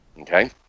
Okay